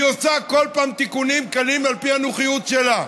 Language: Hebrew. היא עושה כל פעם תיקונים קלים על פי הנוחיות שלה.